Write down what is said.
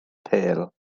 pêl